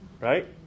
right